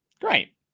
Great